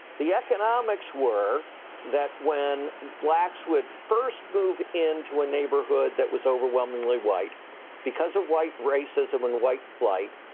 the economics were that when blacks would first move into a neighborhood that was overwhelmingly white because of white racism and white flight,